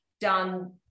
done